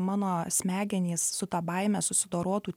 mano smegenys su ta baime susidorotų